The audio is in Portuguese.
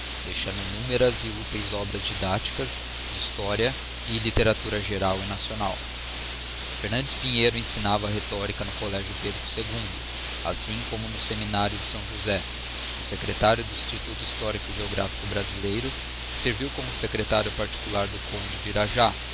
deixando innumeras e úteis obras didácticas de historia e literatura geral e nacional fernandes pinheiro ensinava rethorica no couegio pedro ii assim como no seminário de s josé foi secretario do instituto histórico e geographico brasileiro e serviu como secretario particular do conde de iràjá